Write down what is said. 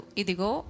idigo